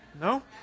No